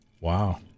Wow